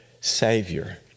Savior